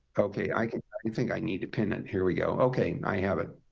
ok, i think i need to pin it. here we go. ok, i have it.